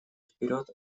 вперед